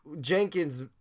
Jenkins